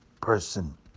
person